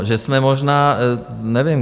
No, že jsme možná, nevím...